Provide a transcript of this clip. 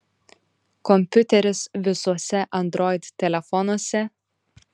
kompiuteris visuose android telefonuose